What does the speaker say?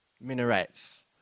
minarets